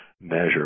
measure